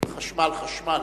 חשמל, חשמל.